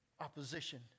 opposition